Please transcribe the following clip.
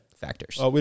factors